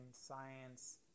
science